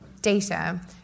data